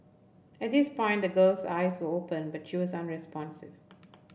at this point the girl's eyes were open but she was unresponsive